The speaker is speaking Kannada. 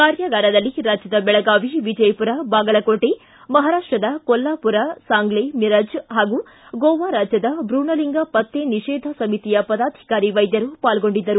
ಕಾರ್ಯಾಗಾರದಲ್ಲಿ ರಾಜ್ಯದ ಬೆಳಗಾವಿ ವಿಜಯಪೂರ ಬಾಲಕೋಟೆ ಮಹಾರಾಷ್ಷದ ಕೊಲ್ಲಾಪೂರ ಸಾಂಗ್ಲಿ ಮೀರಜ್ ಹಾಗೂ ಗೋವಾ ರಾಜ್ಯದ ಭ್ರೂಣಲಿಂಗ ಪತ್ತೆ ನಿಷೇಧ ಸಮಿತಿಯ ಪದಾಧಿಕಾರಿ ವೈದ್ಯರು ಪಾಲ್ಗೊಂಡಿದ್ದರು